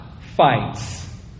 fights